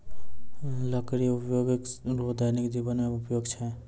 लकड़ी उपयोग रो दैनिक जिवन मे उपयोग छै